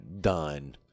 done